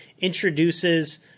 introduces